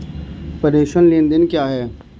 प्रेषण लेनदेन क्या है?